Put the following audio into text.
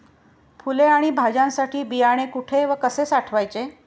फुले आणि भाज्यांसाठी बियाणे कुठे व कसे साठवायचे?